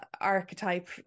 archetype